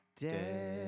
Dead